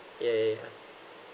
yeah yeah yeah